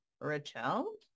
Rachel